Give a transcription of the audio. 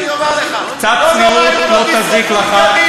אני אומר לך: לא נורא אם לא תשרפו דגלים.